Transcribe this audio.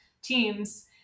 teams